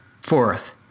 Fourth